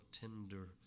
tender